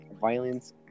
violence